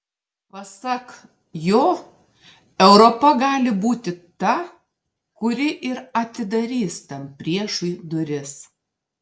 pasak jo europa gali būti ta kuri ir atidarys tam priešui duris